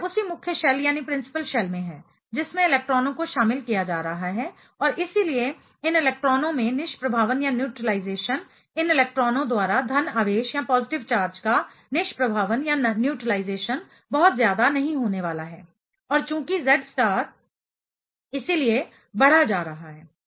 तो यह उसी मुख्य शेल में है जिसमें इलेक्ट्रॉनों को शामिल किया जा रहा है और इसलिए इन इलेक्ट्रॉनों में निष्प्रभावन न्यूट्रलाइजेशन इन इलेक्ट्रॉनों द्वारा धन आवेश पॉजिटिव चार्ज का निष्प्रभावन न्यूट्रलाइजेशन बहुत ज्यादा नहीं होने वाला है और चूंकि Z स्टार इसीलिए बढ़ा जा रहा है